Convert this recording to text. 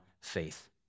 faith